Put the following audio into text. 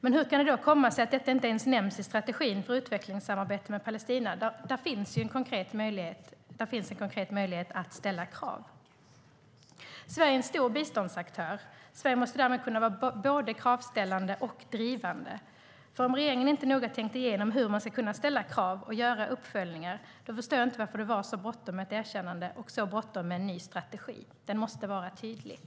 Men hur kan det då komma sig att detta inte ens nämns i strategin för utvecklingssamarbetet med Palestina? Där finns ju en konkret möjlighet att ställa krav.